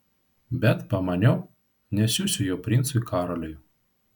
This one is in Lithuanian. bet pamaniau nesiųsiu jo princui karoliui